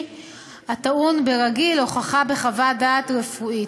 הטעון ברגיל הוכחה בחוות דעת רפואית.